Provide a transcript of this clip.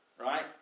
right